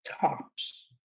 tops